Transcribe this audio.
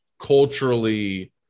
culturally